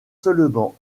seulement